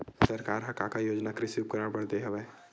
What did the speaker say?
सरकार ह का का योजना कृषि उपकरण बर दे हवय?